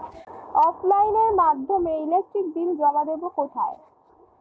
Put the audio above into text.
অফলাইনে এর মাধ্যমে ইলেকট্রিক বিল জমা দেবো কোথায়?